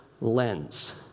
lens